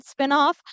spinoff